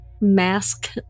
mask